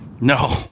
No